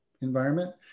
environment